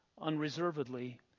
unreservedly